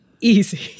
Easy